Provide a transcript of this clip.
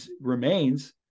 remains